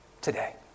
today